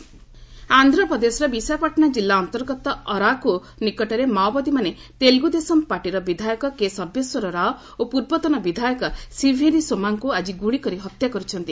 Maoists killed MLA ଆନ୍ଧ୍ରପ୍ରଦେଶର ବିଶାଖାପାଟଣା ଜିଲ୍ଲା ଅନ୍ତର୍ଗତ ଅରାକୁ ଜଙ୍ଗଲ ନିକଟରେ ମାଓବାଦୀମାନେ ତେଲ୍ରଗ୍ରଦେଶମ୍ ପାର୍ଟିର ବିଧାୟକ କେ ସର୍ବେଶ୍ୱର ରାଓ ଓ ପୂର୍ବତନ ବିଧାୟକ ସିଭେରି ସୋମାଙ୍କୁ ଆଜି ଗୁଳିକରି ହତ୍ୟା କରିଛନ୍ତି